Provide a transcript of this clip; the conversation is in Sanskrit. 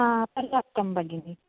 पर्याप्तं भगिनी